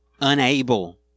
unable